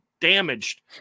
damaged